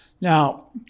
Now